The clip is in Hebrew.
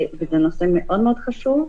זה נושא מאוד מאוד חשוב,